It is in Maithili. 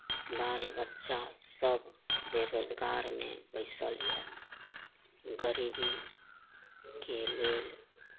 बाल बच्चा सब बेरोजगारमे बैसल यऽ गरीबी के लेल